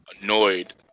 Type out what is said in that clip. annoyed